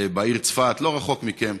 בעיר צפת, לא רחוק מכם,